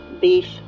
Beef